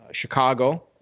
Chicago